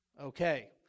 Okay